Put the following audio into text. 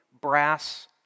brass